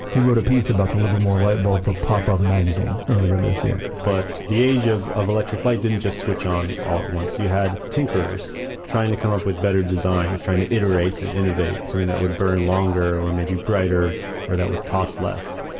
he wrote a piece about the livermore light bulb for pop up magazine earlier this year but the age of of electric light didn't just switch on all at once. you had tinkerers trying to come up with better designs, trying to iterate and innovate, something that would burn longer or maybe brighter or that would cost less.